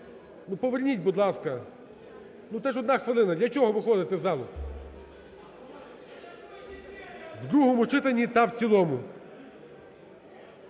Ну поверніть, будь ласка. Ну, це ж одна хвилина, для чого виходити з залу. В другому читанні та в цілому.